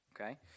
Okay